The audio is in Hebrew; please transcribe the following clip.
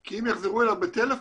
כי אם יחזרו אליו בטלפון,